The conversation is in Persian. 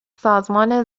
سازمان